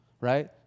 Right